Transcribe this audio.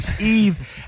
Eve